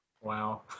wow